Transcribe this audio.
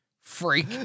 freak